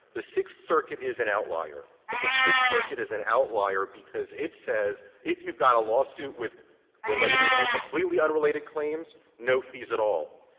the sixth circuit is an outlier, but the sixth circuit is an outlier because it says if you have got a lawsuit with related and completely unrelated claims, no fees at all.